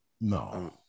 No